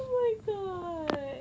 oh my god